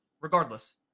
regardless